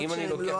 כי אם אני לוקח,